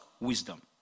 wisdom